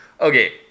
Okay